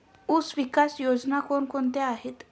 ऊसविकास योजना कोण कोणत्या आहेत?